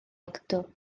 acto